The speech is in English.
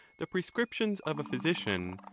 the prescriptions of a physician,